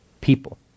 people